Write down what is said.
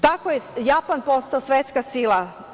Tako je Japan postao svetska sila.